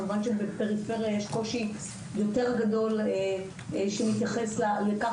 כמובן שבפריפריה יש קושי יותר גדול שמתייחס לכך